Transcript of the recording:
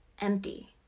empty